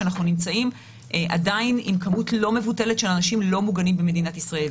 יש לנו אוכלוסייה לא מבוטלת של אנשים לא מוגנים במדינת ישראל.